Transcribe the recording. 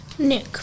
Nick